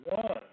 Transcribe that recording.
one